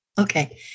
okay